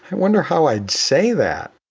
wonder how i'd say that?